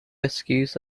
excuse